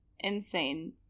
insane